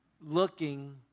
looking